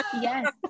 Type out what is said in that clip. Yes